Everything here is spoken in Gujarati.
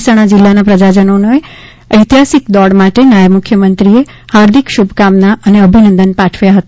મહેસાણા જિલ્લાના પ્રજાજનોને આ ઐતિહાસિક દોડ માટે નાયબ મુખ્યમંત્રીશ્રીએ હાર્દિક શુભકામના અને અભિનંદન પાઠવ્યા હતા